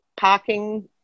parking